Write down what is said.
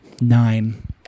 Nine